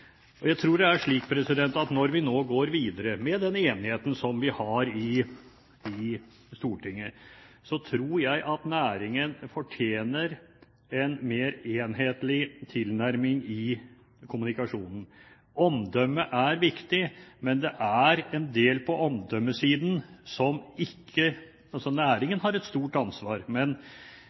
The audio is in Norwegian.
Jeg tror det er slik at når vi nå går videre med den enigheten som vi har i Stortinget, at næringen fortjener en mer enhetlig tilnærming i kommunikasjonen. Omdømme er viktig. Når det gjelder omdømmesiden, har næringen et stort ansvar, men det er